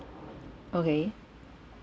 okay